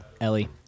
Ellie